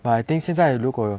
but I think 现在如果